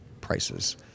prices